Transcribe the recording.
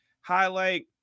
highlight